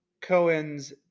Cohen's